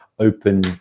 open